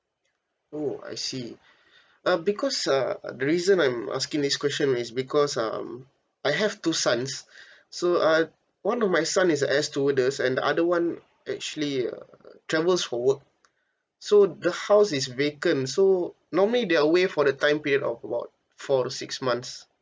oh I see uh because uh the reason I'm asking this question is because um I have two sons so uh one of my son is a air stewardess and the other [one] actually uh travels for work so the house is vacant so normally they are away for the time period of about four to six months